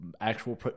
actual